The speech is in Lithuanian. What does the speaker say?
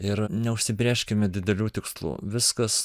ir neužsibrėžkime didelių tikslų viskas